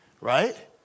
right